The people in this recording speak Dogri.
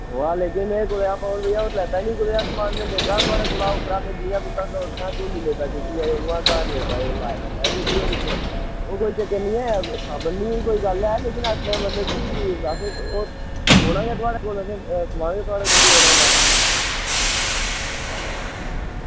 अ होर कुदैआ लैता निं समान होर में कुदैआ लैंदा निं समान ते सगुआं में इंया झोल्ला लैता ते घर पुज्जियै जेल्लै में समान कड्ढेआ ते दिक्खेआ समान ओह्दे ई कोई चक्कर निं ऐ साबन दी कोई गल्ल निं ऐ ते मतलब की अस ओह् औना गै थोह्ड़े कोल समान गै थुआढ़े कोला लैना होंदा